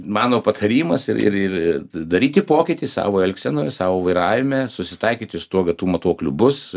mano patarimas ir ir daryti pokytį savo elgsenoje savo vairavime susitaikyti su tuo kad tų matuoklių bus